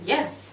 Yes